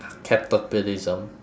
capitalism